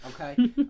okay